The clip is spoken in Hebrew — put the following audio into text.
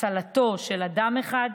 הצלתו של אדם אחד,